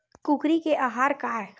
कुकरी के आहार काय?